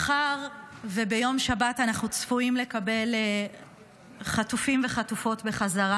מחר וביום שבת אנחנו צפויים לקבל חטופים וחטופות בחזרה.